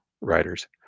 writers